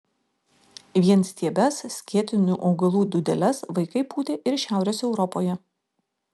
vienstiebes skėtinių augalų dūdeles vaikai pūtė ir šiaurės europoje